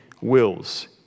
wills